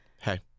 hey